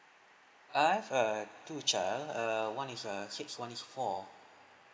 I have err two child err one is err six one is four